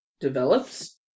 develops